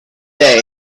day